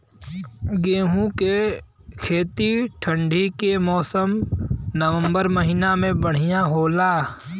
गेहूँ के खेती ठंण्डी के मौसम नवम्बर महीना में बढ़ियां होला?